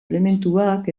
elementuak